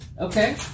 Okay